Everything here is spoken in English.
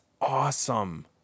awesome